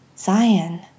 Zion